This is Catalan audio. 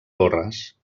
torres